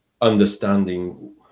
understanding